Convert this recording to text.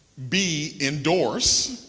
b, endorse,